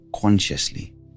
consciously